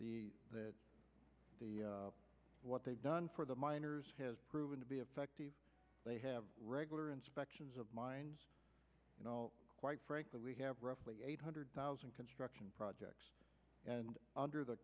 close that the what they've done for the miners has proven to be effective they have regular inspections of mines and quite frankly we have roughly eight hundred thousand construction projects and under the